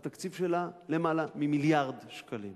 התקציב שלה למעלה ממיליארד שקלים.